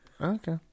Okay